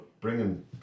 bringing